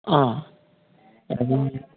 অ